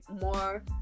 more